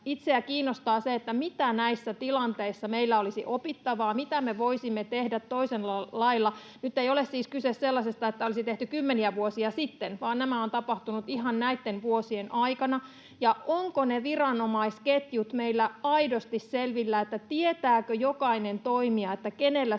itseäni kiinnostaa, mitä näissä tilanteissa meillä olisi opittavaa ja mitä me voisimme tehdä toisella lailla. Nyt ei ole siis kyse sellaisesta, että olisi tehty kymmeniä vuosia sitten, vaan nämä ovat tapahtuneet ihan näitten vuosien aikana. Ovatko ne viranomaisketjut meillä aidosti selvillä, niin että tietääkö jokainen toimija, kenellä